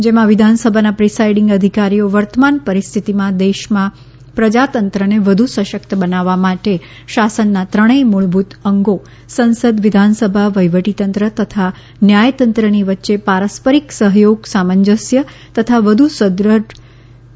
જેમાં વિધાનસભાના પ્રિસાઇડિંગ અધિકારીઓ વર્તમાન પરિસ્થિતિમાં દેશમાં પ્રજાતંત્રને વધુ સશક્ત બનાવવા માટે શાસનના ત્રણેય મૂળભૂત અંગો સંસદવિધાનસભા વહીવટીતંત્ર તથા ન્યાયતંત્રની વચ્ચે પારસ્પરિક સહયોગ સામંજસ્ય તથા વધુ સુદ્રઢ સંકલનની જરૂરિયાતો સંદર્ભે વિચાર કરશે